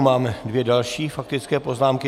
Máme dvě další faktické poznámky.